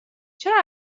چرا